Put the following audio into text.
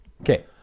Okay